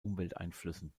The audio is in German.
umwelteinflüssen